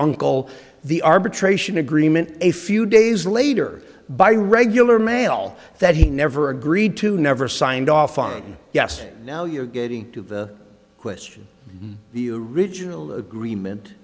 uncle the arbitration agreement a few days later by regular mail that he never agreed to never signed off on yes now you're getting to the question the original agreement